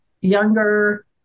younger